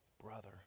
Brother